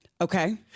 Okay